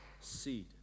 seed